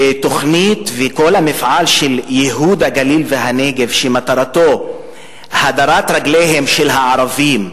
והתוכנית וכל המפעל של ייהוד הגליל והנגב שמטרתו הדרת רגליהם של הערבים,